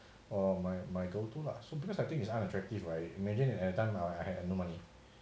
or my my girl to lah so because I think it's unattractive right imagine at the time I had no money